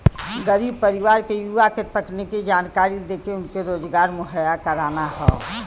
गरीब परिवार के युवा के तकनीकी जानकरी देके उनके रोजगार मुहैया कराना हौ